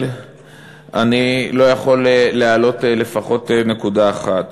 אני לא יכול שלא להעלות לפחות נקודה אחת: